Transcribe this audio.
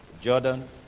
Jordan